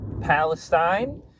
Palestine